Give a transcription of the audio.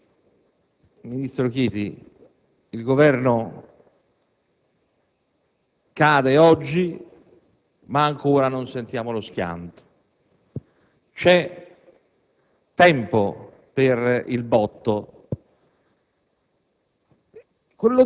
capire, ministro Chiti, che il Governo cade oggi, ma ancora non sentiamo lo schianto. C'è tempo per il botto.